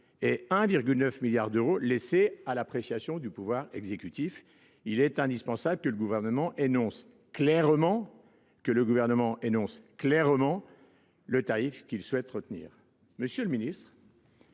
et 1,9 milliard d'euros laissés à l'appréciation du pouvoir exécutif. Il est indispensable que le gouvernement énonce clairement le tarif qu'il souhaite retenir.